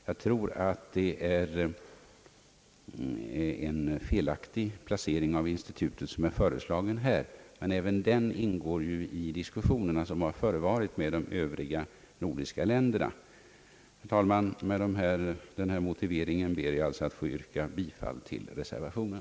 Jag tror att den placering av institutet som nu föreslagits är felaktig, men även den ingår i de diskussioner som har förevarit med de övriga nordiska länderna. Herr talman! Med denna motivering ber jag att få yrka bifall till reservationen.